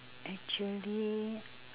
actually